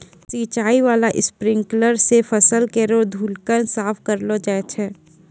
सिंचाई बाला स्प्रिंकलर सें फसल केरो धूलकण साफ करलो जाय छै